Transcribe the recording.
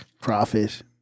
Crawfish